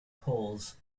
poles